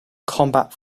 combat